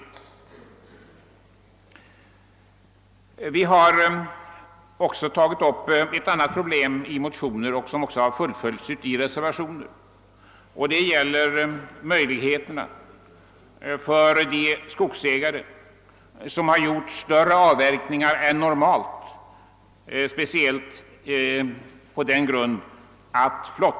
I väckta motioner har vi också tagit upp en annan fråga, som vi även har fullföljt i avgivna reservationer, nämligen frågan om skogsägarnas möjligheter att göra större avverkningar än normalt när flottningen i speciellt Ljungan och Indalsälven upphör.